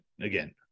again